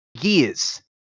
years